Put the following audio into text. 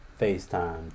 FaceTime